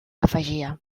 afegia